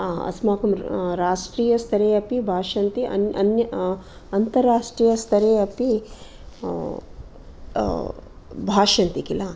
अस्माकं राष्ट्रीयस्तरे अपि भाषन्ति अन्तराष्ट्रियस्तरे अपि भाषन्ते किल